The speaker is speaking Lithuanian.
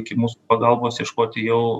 iki mūsų pagalbos ieškoti jau